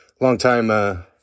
long-time